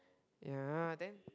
ya then